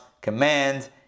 command